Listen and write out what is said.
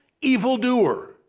evildoer